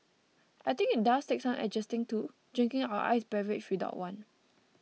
I think it does take some adjusting to drinking your iced beverage without one